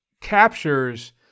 captures